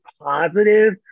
positive